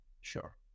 Sure